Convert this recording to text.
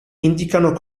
indicano